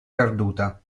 perduta